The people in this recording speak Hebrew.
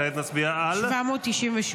כעת נצביע על הסתייגות